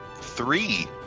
three